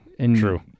True